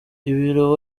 ibiro